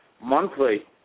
monthly